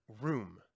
room